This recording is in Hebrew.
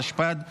התשפ"ד 2024,